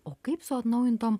o kaip su atnaujintom